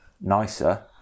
nicer